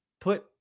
put